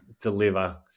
deliver